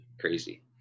Crazy